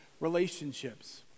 relationships